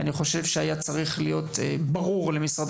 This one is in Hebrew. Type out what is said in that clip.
אני חושב שהיה צריך להיות ברור למשרד